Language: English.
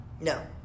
No